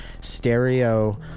stereo